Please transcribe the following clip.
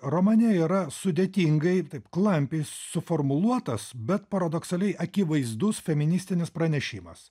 romane yra sudėtingai taip klampiai suformuluotas bet paradoksaliai akivaizdus feministinis pranešimas